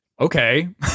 Okay